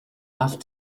off